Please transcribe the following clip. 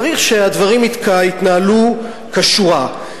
צריך שהדברים יתנהלו כשורה.